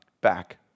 back